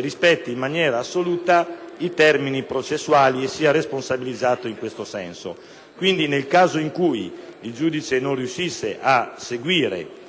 rispetti in maniera assoluta i termini processuali e sia responsabilizzato in questo senso. Quindi, nel caso in cui il giudice non riuscisse a seguire